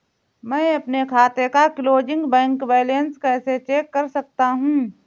मैं अपने खाते का क्लोजिंग बैंक बैलेंस कैसे चेक कर सकता हूँ?